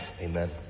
Amen